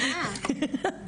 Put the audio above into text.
גם וגם.